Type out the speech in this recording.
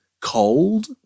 cold